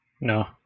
No